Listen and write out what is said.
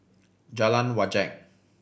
Jalan Wajek